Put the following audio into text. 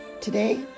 Today